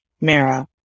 MERA